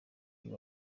uyu